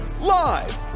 live